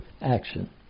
action